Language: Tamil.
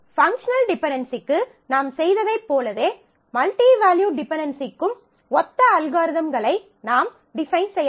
பங்க்ஷனல் டிபென்டென்சிக்கு நாம் செய்ததைப் போலவே மல்டி வேல்யூட் டிபென்டென்சிக்கும் ஒத்த அல்காரிதம்களை நாம் டிஃபைன் செய்யலாம்